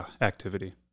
activity